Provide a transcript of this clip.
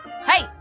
Hey